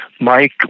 Mike